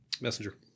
Messenger